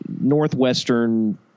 Northwestern